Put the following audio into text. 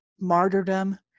martyrdom